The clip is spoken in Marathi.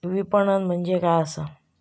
विपणन म्हणजे काय असा?